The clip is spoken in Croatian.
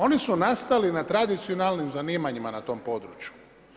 Oni su nastali na tradicionalnim zanimanjima na tom području.